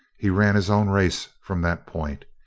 he ran his own race from that point.